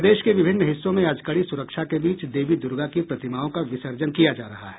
प्रदेश के विभिन्न हिस्सों में आज कड़ी सुरक्षा के बीच देवी दुर्गा की प्रतिमाओं का विसर्जन किया जा रहा है